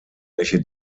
welche